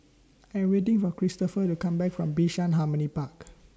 I Am waiting For Christopher to Come Back from Bishan Harmony Park